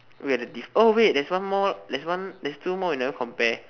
where are the diff~ oh wait there's one more there's one there's two more you never compare